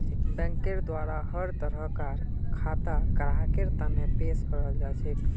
बैंकेर द्वारा हर तरह कार खाता ग्राहकेर तने पेश कराल जाछेक